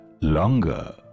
longer